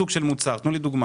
תנו לי דוגמה